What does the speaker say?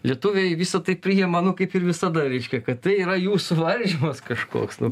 lietuviai visa tai priima nu kaip ir visada reiškia kad tai yra jų suvaržymas kažkoks nu